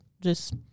just-